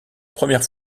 première